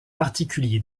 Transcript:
particulier